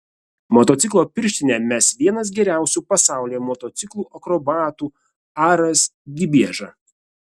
motociklo pirštinę mes vienas geriausių pasaulyje motociklų akrobatų aras gibieža